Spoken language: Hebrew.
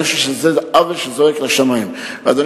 אני חושב שזה עוול שזועק לשמים.